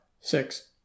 six